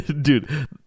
dude